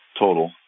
total